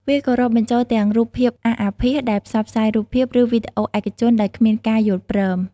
វាក៏រាប់បញ្ចូលទាំងរូបភាពអាសអាភាស ដែលផ្សព្វផ្សាយរូបភាព ឬវីដេអូឯកជនដោយគ្មានការយល់ព្រម។